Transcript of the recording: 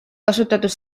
kasutatud